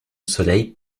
soleil